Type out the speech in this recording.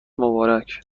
مبارک